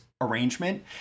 arrangement